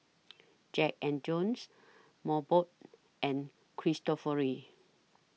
Jack and Jones Mobot and Cristofori